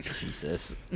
Jesus